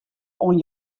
oan